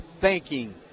thanking